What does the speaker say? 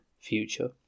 future